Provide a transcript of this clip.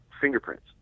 fingerprints